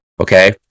okay